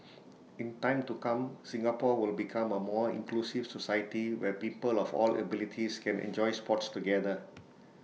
in time to come Singapore will become A more inclusive society where people of all abilities can enjoy sports together